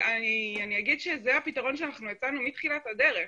אני אגיד שזה הפתרון שאנחנו הצענו מתחילת הדרך.